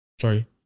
Sorry